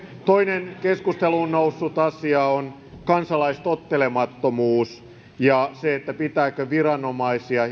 toinen keskusteluun noussut asia on kansalaistottelemattomuus ja se pitääkö viranomaisia